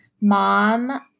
mom